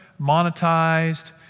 monetized